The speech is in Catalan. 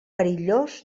perillós